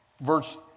Verse